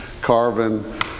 Carvin